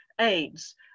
AIDS